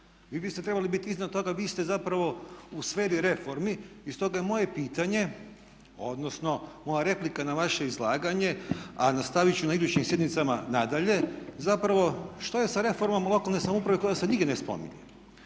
Vi biste trebali biti iznad toga, vi ste zapravo u sferi reformi i stoga je moje pitanje odnosno moja replika na vaše izlaganje a nastavit ću na idućim sjednicama nadalje, zapravo što je sa reformom lokalne samouprave koja se nigdje ne spominje?